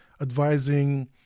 advising